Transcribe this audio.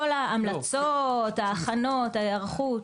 כל ההמלצות, ההכנות, ההיערכות.